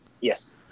Yes